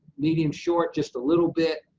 medium-short, just a little bit,